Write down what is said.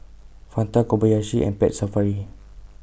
Fanta Kobayashi and Pet Safari